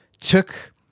took